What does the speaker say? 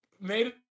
made